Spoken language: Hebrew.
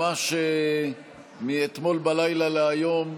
ממש מאתמול בלילה להיום,